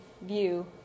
view